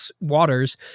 waters